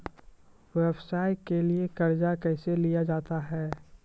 व्यवसाय के लिए कर्जा कैसे लिया जाता हैं?